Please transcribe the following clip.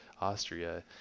Austria